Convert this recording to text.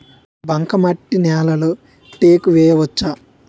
బంకమట్టి నేలలో టేకు వేయవచ్చా?